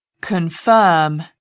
confirm